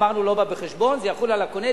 אמרנו: לא בא בחשבון, זה יחול על הקונה.